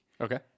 okay